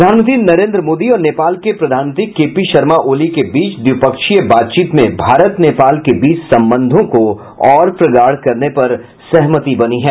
प्रधानमंत्री नरेंद्र मोदी और नेपाल के प्रधानमंत्री के पी शर्मा ओली के बीच द्विपक्षीय बातचीत में भारत नेपाल के बीच संबंधों को और प्रगाढ़ करने पर सहमति बनी है